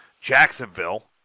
Jacksonville